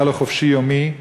שהיה לו "חופשי יומי",